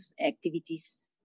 activities